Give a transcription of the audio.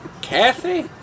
Kathy